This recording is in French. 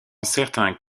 certains